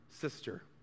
sister